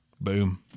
Boom